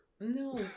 No